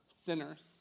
sinners